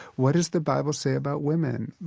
what does the bible say about women?